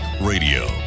radio